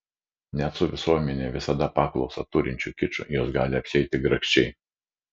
net su visuomenėje visada paklausą turinčiu kiču jos gali apsieiti grakščiai